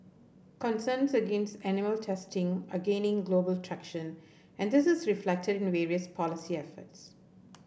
concerns against animal testing are gaining global traction and this is reflected in various policy efforts